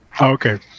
Okay